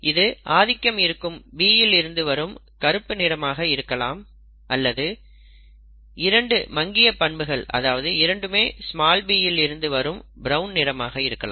இது ஆதிக்கம் இருக்கும் B இல் இருந்து வரும் கருப்பு நிறமாக இருக்கலாம் அல்லது இரண்டு மங்கிய பண்புகள் அதாவது இரண்டு b இல் இருந்து வரும் பிரவுன் நிறமாக இருக்கலாம்